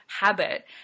habit